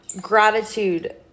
gratitude